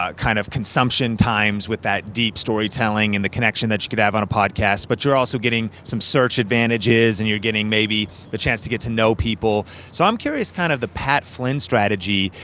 ah kind of consumption times with that deep storytelling and the connection that you could have on a podcast, but you're also getting some search advantages and you're getting maybe, the chance to get to know people. so i'm curious, kind of the pat flynn strategy,